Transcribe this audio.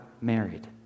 married